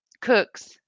Cooks